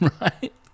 right